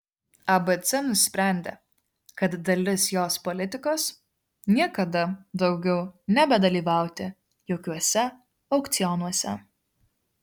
abc nusprendė kad dalis jos politikos niekada daugiau nebedalyvauti jokiuose aukcionuose